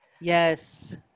Yes